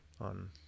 on